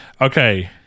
Okay